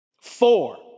Four